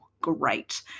great